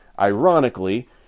Ironically